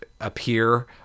appear